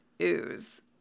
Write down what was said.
ooze